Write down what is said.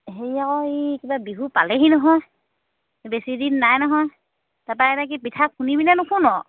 হেৰি আকৌ এই কিবা বিহু পালেহি নহয় বেছিদিন নাই নহয় তাৰপৰা এইবাৰ কি পিঠা খুন্দিবিনে নুখুন্দ